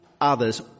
others